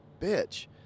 bitch